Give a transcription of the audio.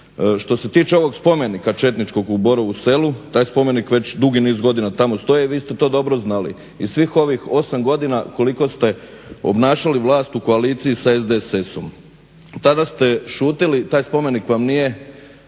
Što se tiče ovog spomenika četničkog u Borovom selu, taj spomenik već dugi niz godina tamo stoji i vi ste to dobro znali i svih ovih osam godina koliko ste obnašali vlast u koaliciji sa SDSS-om tada ste šutjeli, taj spomenik vam nije